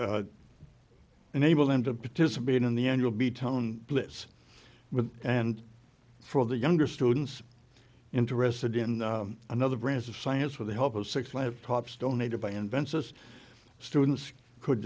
to enable him to participate in the end you'll be tone blitz with and for the younger students interested in another branch of science with the help of six laptops donated by invensys students could